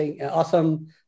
Awesome